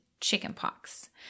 chickenpox